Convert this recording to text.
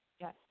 Yes